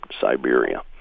Siberia